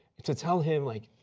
to tell him like,